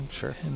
Sure